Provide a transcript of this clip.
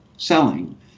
selling